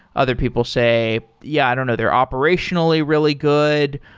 other people say, yeah. i don't know. they're operationally really good,